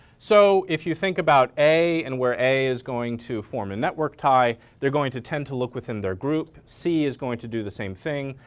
so if you think about a and where a is going to form a network tie they're going to tend to look within their group. c is going to do the same thing.